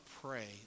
pray